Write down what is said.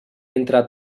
entre